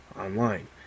online